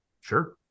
Sure